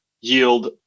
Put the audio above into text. yield